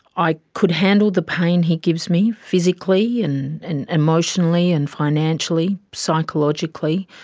i could handle the pain he gives me physically and and emotionally and financially, psychologically,